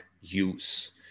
use